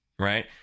Right